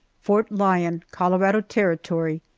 fort lyon, colorado territory,